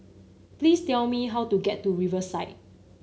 please tell me how to get to Riverside